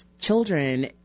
children